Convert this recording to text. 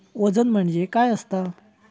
वजन म्हणजे काय असता?